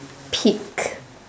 pick